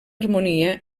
harmonia